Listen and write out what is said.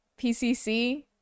PCC